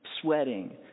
sweating